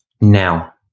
Now